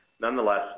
Nonetheless